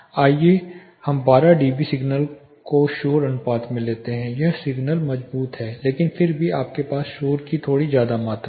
आइए हम 12 DB signal को शोर अनुपात में लेते हैं यह सिग्नल मजबूत है लेकिन फिर भी आपके पास शोर की थोड़ी मात्रा है